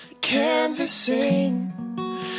Canvassing